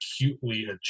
acutely